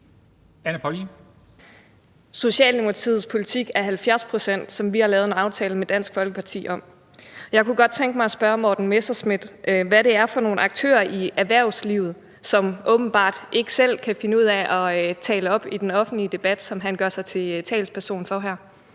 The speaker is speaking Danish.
Socialdemokratiets mål er 70 pct., som vi har lavet en aftale med Dansk Folkeparti om, men jeg kunne godt tænke mig at spørge hr. Morten Messerschmidt om, hvad det er for nogle aktører i erhvervslivet, som åbenbart ikke selv kan finde ud af at markere sig i den offentlige debat, men som han gør sig til talsperson for her?